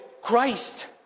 Christ